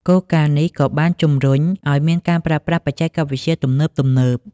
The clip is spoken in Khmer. គោលការណ៍នេះក៏បានជំរុញឲ្យមានការប្រើប្រាស់បច្ចេកវិទ្យាទំនើបៗ។